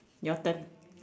your turn